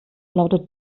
lautet